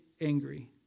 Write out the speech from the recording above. angry